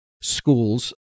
schools